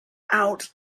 out